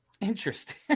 Interesting